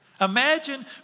Imagine